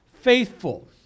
faithful